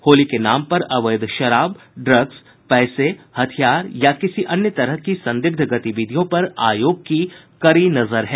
होली के नाम पर अवैध शराब ड्रग्स पैसे हथियार या किसी अन्य तरह की संदिग्ध गतिविधियों पर आयोग की कड़ी नजर है